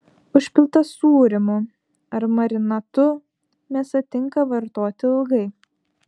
užpilta sūrimu ar marinatu mėsa tinka vartoti ilgai